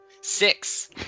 six